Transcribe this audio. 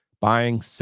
buying